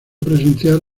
presenciar